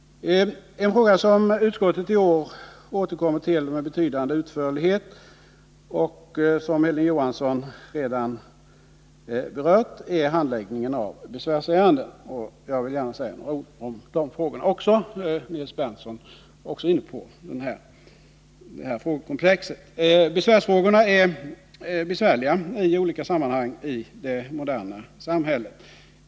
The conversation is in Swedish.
En fråga som utskottet i år återkommer till med betydande utförlighet — och som Hilding Johansson och Nils Berndtson redan berört — gäller handläggningen av besvärsärenden. Besvärsfrågorna är besvärliga i olika sammanhang i det moderna samhället.